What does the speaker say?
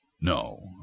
No